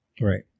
Right